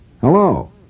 Hello